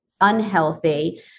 unhealthy